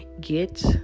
get